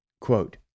Quote